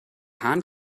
hahn